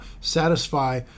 satisfy